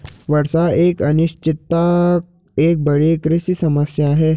वर्षा की अनिश्चितता एक बड़ी कृषि समस्या है